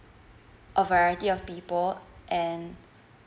a variety of people and